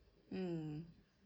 mm